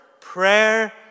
Prayer